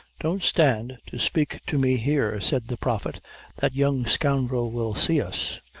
don't stand to spake to me here, said the prophet that young scoundrel will see us.